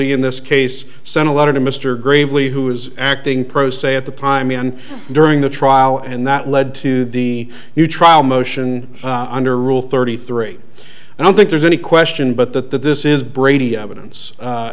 in this case sent a letter to mr gravely who was acting pro se at the time and during the trial and that led to the new trial motion under rule thirty three i don't think there's any question but that that this is brady evidence